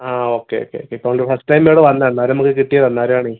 ആ okay okay okay ഇപ്പം നമ്മൾ ഫസ്റ്റൈമിൽ അവിടെ വന്നെയാ അന്നേരം നമുക്ക് കിട്ടിയത് അന്നേരമാണേ